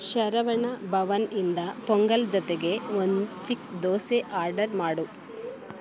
ಶರವಣ ಭವನ್ ಇಂದ ಪೊಂಗಲ್ ಜೊತೆಗೆ ಒಂದು ಚಿಕ್ಕ ದೋಸೆ ಆರ್ಡರ್ ಮಾಡು